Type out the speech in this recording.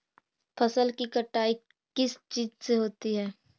फसल की कटाई किस चीज से होती है?